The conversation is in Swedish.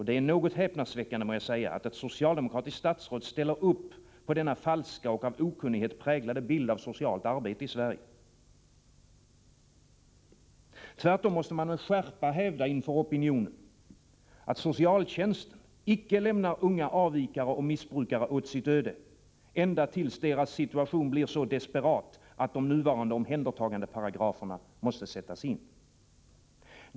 Det är häpnadsväckande att ett socialdemokratiskt statsråd ställer upp på denna falska och av okunnighet präglade bild av socialt arbete i Sverige. Tvärtom måste man med skärpa hävda inför opinionen att socialtjänsten icke lämnar unga avvikare och missbrukare åt sitt öde ända tills deras situation blir så desperat att de nuvarande omhändertagandeparagraferna måste sättas in.